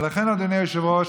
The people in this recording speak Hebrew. ולכן, אדוני היושב-ראש,